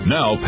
Now